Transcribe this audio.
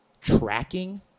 tracking –